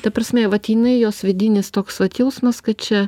ta prasme vat jinai jos vidinis toks vat jausmas kad čia